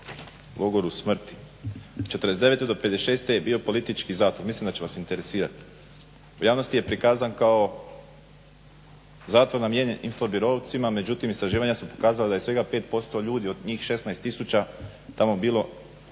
logoru smrti. Od '49. do '56. je bio politički zatvor, mislim da će vas interesirati, a javnosti je prikazan kao zatvor namijenjen infobiroovcima međutim istraživanja su pokazala da je svega 5% ljudi od njih 16 tisuća tamo bilo